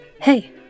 Hey